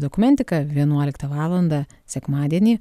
dokumentika vienuoliktą valandą sekmadienį